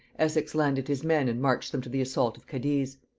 essex landed his men and marched them to the assault of cadiz.